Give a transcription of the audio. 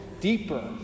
deeper